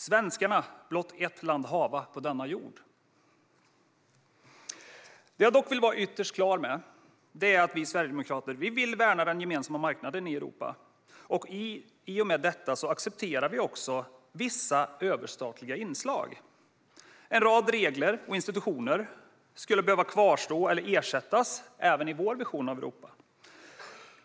Svenskarna blott ett land hava på denna jord. Vad jag dock vill vara ytterst klar med är att vi sverigedemokrater vill värna den gemensamma marknaden i Europa. I och med detta accepterar vi också vissa överstatliga inslag. En rad regler och institutioner skulle behöva kvarstå eller ersättas även i vår version av Europa.